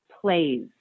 plays